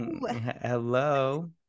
Hello